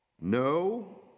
No